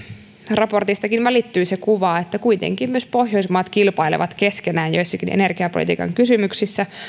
raportistakin välittyi se kuva että kuitenkin myös pohjoismaat kilpailevat keskenään joissakin energiapolitiikan kysymyksissä